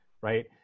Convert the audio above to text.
right